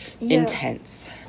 intense